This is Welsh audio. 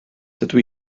dydw